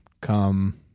come